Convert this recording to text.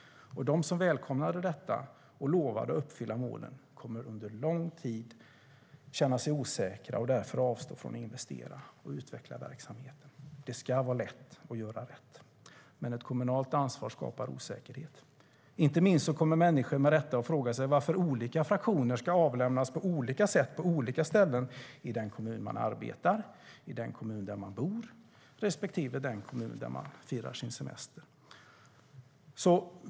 De som välkomnade detta och lovade att uppfylla målen kommer under lång tid att känna sig osäkra och därför avstå från att investera och utveckla verksamheten. Det ska vara lätt att göra rätt, men ett kommunalt ansvar skapar osäkerhet. Inte minst kommer människor med rätta att fråga sig varför olika fraktioner ska avlämnas på olika sätt på olika ställen i den kommun där man arbetar, i den kommun där man bor och i den kommun där man firar sin semester.